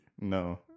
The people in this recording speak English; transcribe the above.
No